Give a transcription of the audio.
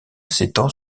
s’étend